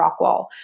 Rockwall